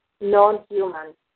non-human